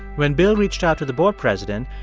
when bill reached out to the board president,